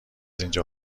اینجا